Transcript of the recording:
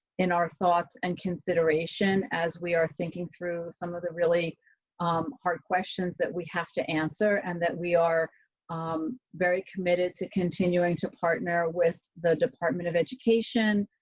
in our thoughts and consideration, as we are thinking through some of the really um hard questions that we have to answer, and that we are um very committed to continuing to partner with the department of education,